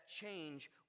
change